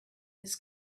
this